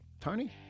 Tony